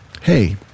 Hey